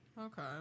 Okay